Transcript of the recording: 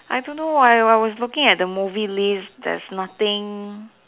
I don't know why I was looking at the movie list there's nothing